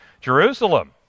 Jerusalem